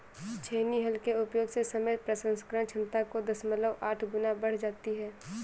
छेनी हल के उपयोग से समय प्रसंस्करण क्षमता एक दशमलव आठ गुना बढ़ जाती है